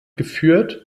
geführt